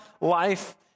life